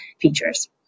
features